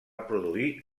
produir